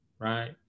right